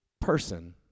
person